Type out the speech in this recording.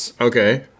Okay